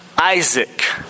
Isaac